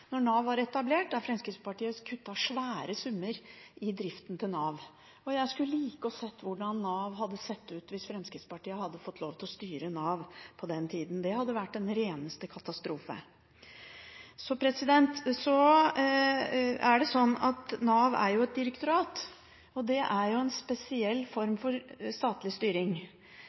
når det gjelder hva som har skjedd i denne saken. Jeg husker godt de første budsjettene da Nav var etablert, der Fremskrittspartiet kuttet svære summer til driften av Nav. Jeg skulle likt å se hvordan Nav hadde sett ut hvis Fremskrittspartiet hadde fått lov til å styre Nav på den tida. Det hadde vært den reneste katastrofe. Så er Nav et direktorat. Det er jo en spesiell form for statlig styring,